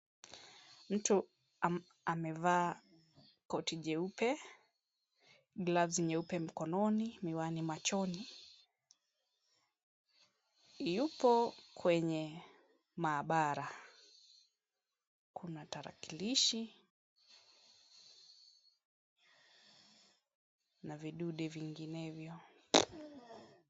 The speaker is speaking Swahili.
Mtu amevaa koti jeupe gloves nyeupe mkononi miwani machoni. Yupo kwenye maabara. Kuna tarakilishi na vidude vinginevyo.